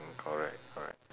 correct correct